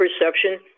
perception